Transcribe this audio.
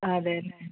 അതെ അല്ലേ